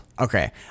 Okay